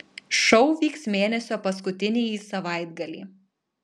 šou vyks mėnesio paskutinįjį savaitgalį